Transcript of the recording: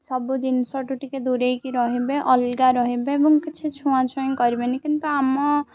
ସବୁ ଜିନିଷଠୁ ଟିକେ ଦୂରେଇକି ରହିବେ ଅଲଗା ରହିବେ ଏବଂ କିଛି ଛୁଆଁ ଛୁଆଁ କରିବେନି କିନ୍ତୁ ଆମ